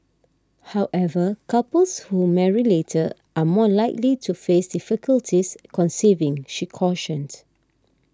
however couples who marry later are more likely to face difficulties conceiving she cautioned